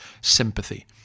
sympathy